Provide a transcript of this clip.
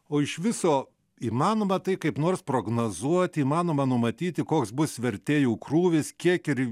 o iš viso įmanoma tai kaip nors prognozuoti įmanoma numatyti koks bus vertėjų krūvis kiek ir